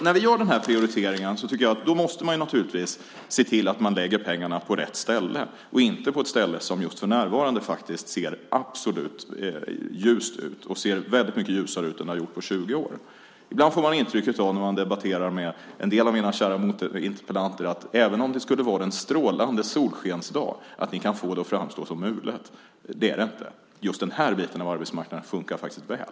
När vi gör den prioriteringen måste vi se till att lägga pengarna på rätt ställe, och inte på ett ställe som för närvarande ser ljust ut - väldigt mycket ljusare än på 20 år. När man debatterar med en del av mina kära interpellanter får man ibland intrycket att ni även om det är en strålande solskensdag kan få det att framstå som mulet. Det är det inte. Just den här biten av arbetsmarknaden fungerar faktiskt väl.